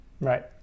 right